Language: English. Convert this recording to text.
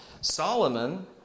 Solomon